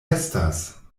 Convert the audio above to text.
estas